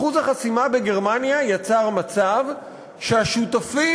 אחוז החסימה בגרמניה יצר מצב שהשותפים